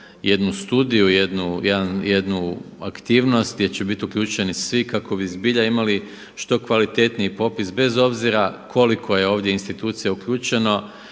jednu studiju, jednu aktivnost gdje će bit uključeni svi kako bi zbilja imali što kvalitetniji popis bez obzira koliko je ovdje institucija uključeno.